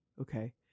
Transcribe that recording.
Okay